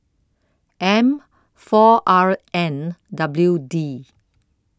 M four R N W D